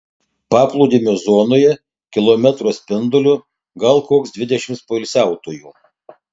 paplūdimio zonoje kilometro spinduliu gal koks dvidešimt poilsiautojų